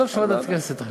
שוועדת הכנסת תחליט.